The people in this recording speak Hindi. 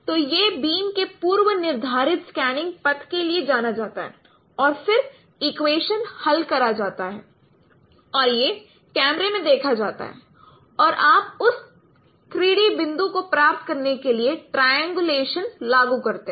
तो यह बीम के पूर्व निर्धारित स्कैनिंग पथ के लिए जाना जाता है और फिर इक्वेशन हल करा जाता है और यह कैमरे में देखा जाता है और आप उस 3 डी बिंदु को प्राप्त करने के लिए ट्राईएंगूलेशन लागू करते हैं